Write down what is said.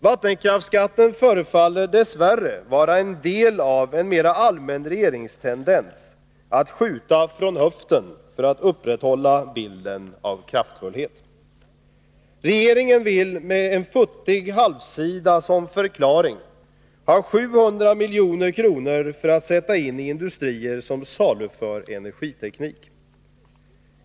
Vattenkraftsskatten förefaller dess värre vara en del av en mera allmän tendens hos regeringen att skjuta från höften för att upprätthålla bilden av kraftfullhet. Regeringen vill med en futtig halvsida som förklaring ha 700 milj.kr. för att sätta in i industrier som saluför energiteknik.